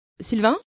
Sylvain